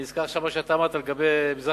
אני נזכר עכשיו מה שאמרת לגבי מזרח-ירושלים.